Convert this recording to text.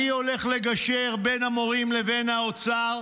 אני הולך לגשר בין המורים לבין האוצר.